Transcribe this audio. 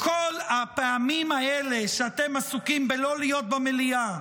כל הפעמים האלה שאתם עסוקים בלא להיות במליאה,